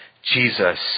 Jesus